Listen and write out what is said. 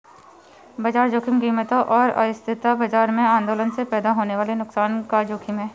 बाजार जोखिम कीमतों और अस्थिरता बाजार में आंदोलनों से पैदा होने वाले नुकसान का जोखिम है